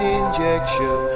injection